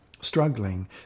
struggling